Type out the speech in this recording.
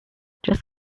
just